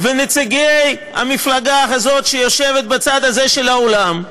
ונציגי המפלגה הזאת, שיושבת בצד הזה של האולם,